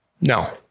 No